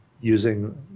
using